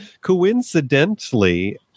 coincidentally